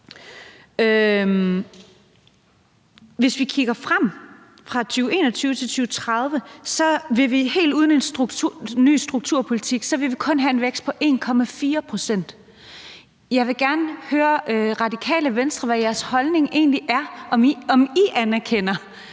Hvis vi kigger frem fra 2021 til 2030, vil vi helt uden en ny strukturpolitik kun have en vækst på 1,4 pct. Jeg vil gerne høre Radikale Venstre, hvad jeres holdning egentlig er, altså om I anerkender,